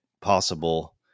possible